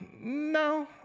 no